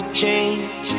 change